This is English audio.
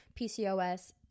PCOS